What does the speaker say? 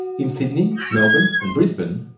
in sydney, melbourne and brisbane,